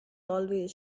always